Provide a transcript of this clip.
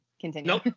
Continue